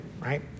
right